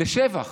לשבח